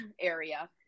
area